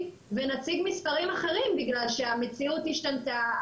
ונציג מספרים אחרים בגלל שהמציאות השתנתה,